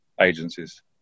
agencies